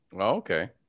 Okay